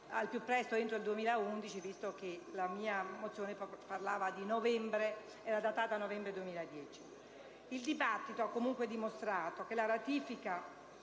Il dibattito ha comunque dimostrato che la ratifica